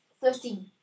Thirteen